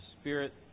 Spirit